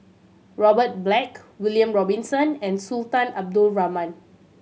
Robert Black William Robinson and Sultan Abdul Rahman